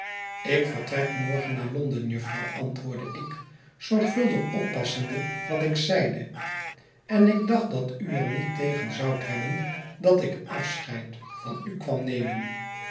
ik vertrek morgen naar l o n d e n jufvrouw antwoordde ik zorgvuldig oppassende wat ik zeide en ik dacht dat u er niet tegen zoudt hebben dat ik afscheid van u kwam nemen